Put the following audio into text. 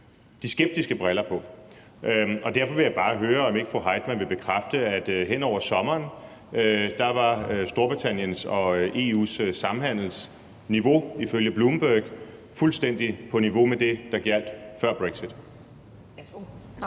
de skeptiske briller på. Derfor vil jeg bare høre, om ikke fru Jane Heitmann vil bekræfte, at hen over sommeren var Storbritanniens og EU's samhandelsniveau ifølge Bloomberg fuldstændig på niveau med det, der gjaldt før brexit.